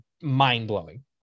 mind-blowing